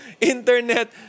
internet